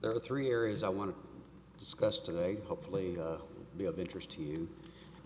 there are three areas i want to discuss today hopefully be of interest to you